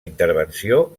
intervenció